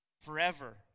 forever